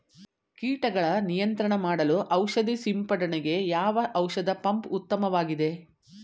ಕೀಟಗಳ ನಿಯಂತ್ರಣ ಮಾಡಲು ಔಷಧಿ ಸಿಂಪಡಣೆಗೆ ಯಾವ ಔಷಧ ಪಂಪ್ ಉತ್ತಮವಾಗಿದೆ?